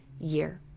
year